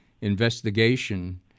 investigation